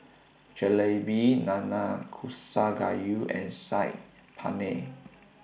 Jalebi Nanakusa Gayu and Saag Paneer